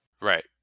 Right